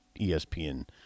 ESPN